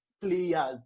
players